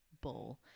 bowl